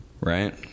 right